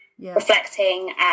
reflecting